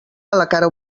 cara